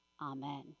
Amen